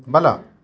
ಬಲ